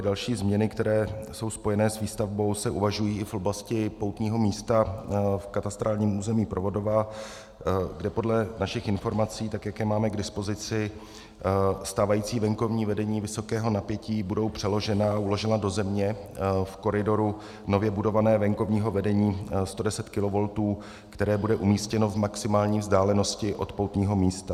Další změny, které jsou spojené s výstavbou, se uvažují i v oblasti poutního místa v katastrálním území Provodova, kde podle našich informací, tak jak je máme k dispozici, stávající venkovní vedení vysokého napětí budou přeložena, uložena do země v koridoru nově budovaného venkovního vedení 110 kV, které bude umístěno v maximální vzdálenosti od poutního místa.